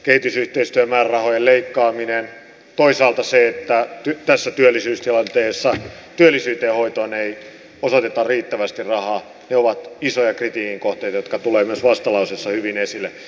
kehitysyhteistyömäärärahojen leikkaaminen ja toisaalta se että tässä työllisyystilanteessa työllisyyden hoitoon ei osoiteta riittävästi rahaa ovat isoja kritiikin kohteita jotka tulevat myös vastalauseessa hyvin esille